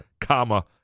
comma